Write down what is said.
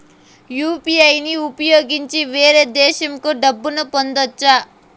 UPI ని ఉపయోగించి వేరే దేశంకు డబ్బును పంపొచ్చా?